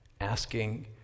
asking